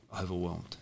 overwhelmed